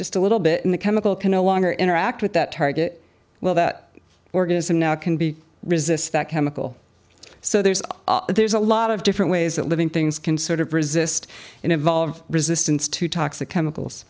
just a little bit in the chemical can no longer interact with that target well that organism now can be resist that chemical so there's there's a lot of different ways that living things can sort of resist and evolve resistance to toxic chemicals